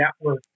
network